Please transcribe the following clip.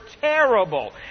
terrible